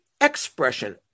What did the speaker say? expression